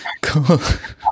Cool